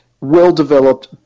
well-developed